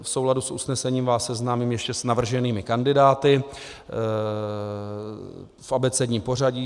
V souladu s usnesením vás seznámím ještě s navrženými kandidáty v abecedním pořadí.